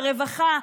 ברווחה,